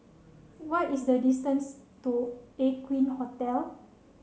what is the distance to Aqueen Hotel